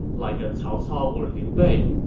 like a cao cao or liu bei.